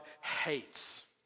hates